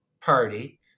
party